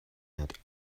meant